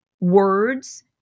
words